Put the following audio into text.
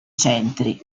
centri